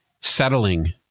settling